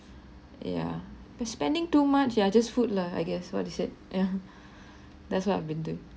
ya the spending too much ya just food lah I guess what you said yeah that's what I've been doing